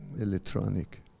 electronic